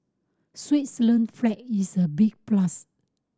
Switzerland flag is a big plus